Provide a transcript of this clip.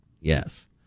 Yes